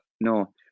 no